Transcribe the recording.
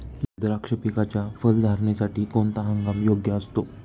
द्राक्ष पिकाच्या फलधारणेसाठी कोणता हंगाम योग्य असतो?